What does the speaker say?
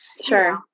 sure